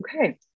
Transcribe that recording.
Okay